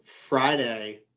friday